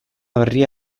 berria